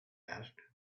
asked